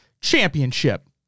championship